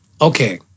Okay